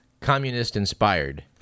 communist-inspired